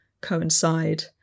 coincide